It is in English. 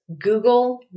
Google